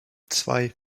zwei